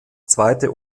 zweite